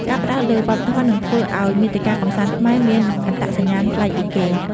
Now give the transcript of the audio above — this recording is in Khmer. ការផ្តោតលើវប្បធម៌ នឹងធ្វើឱ្យមាតិកាកម្សាន្តខ្មែរមានអត្តសញ្ញាណប្លែកពីគេ។